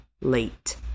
late